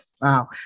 Wow